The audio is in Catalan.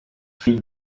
fill